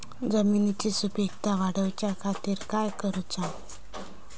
जमिनीची सुपीकता वाढवच्या खातीर काय करूचा?